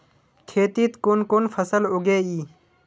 खेतीत कुन कुन फसल उगेई?